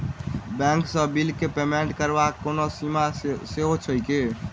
Bank सँ बिलक payment करबाक कोनो सीमा सेहो छैक की?